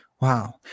Wow